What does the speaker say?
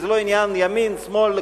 כי זה לא עניין לימין שמאל,